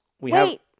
Wait